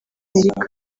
amerika